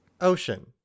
Ocean